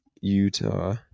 Utah